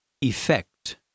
effect